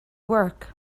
work